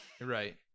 right